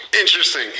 interesting